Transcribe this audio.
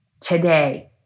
today